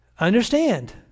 Understand